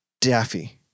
Daffy